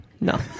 No